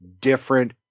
different